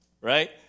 Right